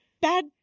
Bad